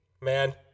man